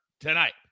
tonight